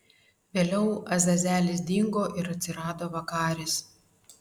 vėliau azazelis dingo ir atsirado vakaris